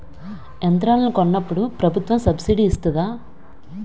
యంత్రాలను కొన్నప్పుడు ప్రభుత్వం సబ్ స్సిడీ ఇస్తాధా?